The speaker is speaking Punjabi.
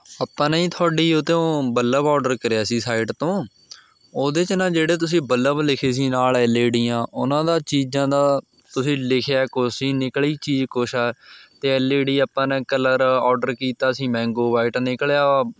ਆਪਾਂ ਨੇ ਜੀ ਤੁਹਾਡੀ ਉਹ ਤੋਂ ਬੱਲਬ ਔਰਡਰ ਕਰਿਆ ਸੀ ਸਾਈਟ ਤੋਂ ਉਹਦੇ 'ਚ ਨਾ ਜਿਹੜੇ ਤੁਸੀਂ ਬੱਲਬ ਲਿਖੇ ਸੀ ਨਾਲ ਐੱਲ ਏ ਡੀਆਂ ਉਹਨਾਂ ਦਾ ਚੀਜ਼ਾਂ ਦਾ ਤੁਸੀਂ ਲਿਖਿਆ ਕੁਛ ਸੀ ਨਿਕਲੀ ਚੀਜ਼ ਕੁਛ ਆ ਅਤੇ ਐੱਲ ਏ ਡੀ ਆਪਾਂ ਨੇ ਕਲਰ ਔਡਰ ਕੀਤਾ ਸੀ ਮੈਂਗੋ ਵਾਈਟ ਨਿਕਲਿਆ